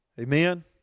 Amen